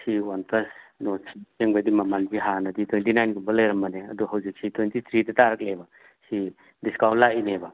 ꯁꯤ one plus ꯅꯣꯔꯗ ꯑꯁꯦꯡꯕꯩꯗꯤ ꯃꯃꯟꯁꯤ ꯍꯥꯟꯅꯗꯤ ꯇ꯭ꯋꯦꯟꯇꯤ ꯅꯥꯏꯟꯒꯨꯝꯕ ꯂꯩꯔꯝꯕꯅꯦ ꯑꯗꯨ ꯍꯧꯖꯤꯛꯁꯤ ꯇ꯭ꯋꯦꯟꯇꯤ ꯊ꯭ꯔꯤꯗ ꯇꯥꯔꯛꯂꯦꯕ ꯁꯤ ꯗꯤꯁꯀꯥꯎꯟ ꯂꯥꯛꯏꯅꯦꯕ